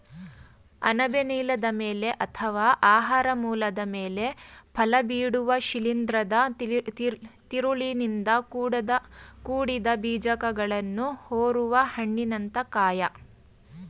ಅಣಬೆ ನೆಲದ ಮೇಲೆ ಅಥವಾ ಆಹಾರ ಮೂಲದ ಮೇಲೆ ಫಲಬಿಡುವ ಶಿಲೀಂಧ್ರದ ತಿರುಳಿನಿಂದ ಕೂಡಿದ ಬೀಜಕಗಳನ್ನು ಹೊರುವ ಹಣ್ಣಿನಂಥ ಕಾಯ